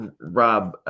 Rob